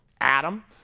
Adam